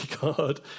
God